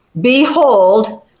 Behold